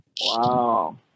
wow